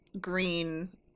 green